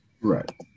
right